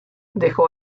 dejó